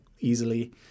easily